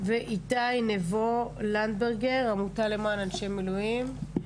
איתי נבו לנדסברג, עמותה למען אנשי מילואים.